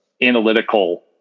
analytical